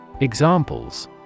Examples